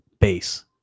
base